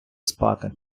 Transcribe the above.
спати